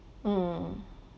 mm